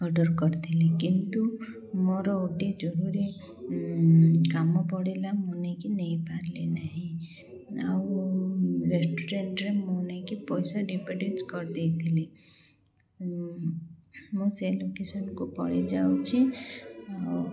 order କରିଥିଲି କିନ୍ତୁ ମୋର ଗୋଟେ ଜରୁରୀ କାମ ପଡ଼ିଲା ମୁଁ ନେଇକି ନେଇପାରିଲି ନାହିଁ ଆଉ ରେଷ୍ଟୁରାଣ୍ଟରେ ମୁଁ ନେଇକି ପଇସା ଡିପୋଜିଟ୍ କରିଦେଇଥିଲି ମୁଁ ସେ ଲୋକେସନ୍କୁ ପଳଯାଉଛି ଆଉ